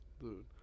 dude